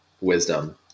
wisdom